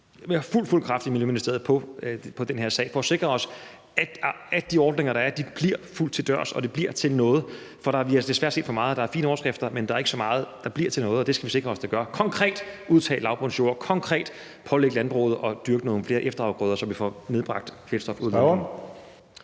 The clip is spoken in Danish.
på fuld kraft med den her sag for at sikre os, at de ordninger, der er, bliver fulgt til dørs, og at det bliver til noget. For vi har desværre for ofte set, at der er fine overskrifter, men at der ikke er så meget, der bliver til noget, og det skal vi sikre os at der gør. Det indebærer konkret at udtage lavbundsjord og at pålægge landbruget at dyrke nogle flere efterafgrøder, så vi får nedbragt kvælstofudledningen.